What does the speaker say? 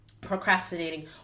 procrastinating